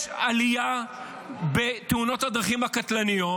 יש עלייה בתאונות הדרכים הקטלניות.